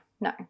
no